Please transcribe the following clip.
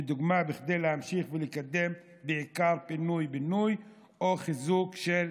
לדוגמה כדי להמשיך ולקדם בעיקר פינוי-בינוי או חיזוק של